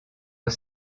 aux